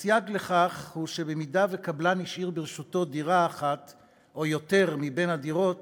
הסייג לכך הוא שבמידה שקבלן השאיר ברשותו דירה אחת או יותר מבין הדירות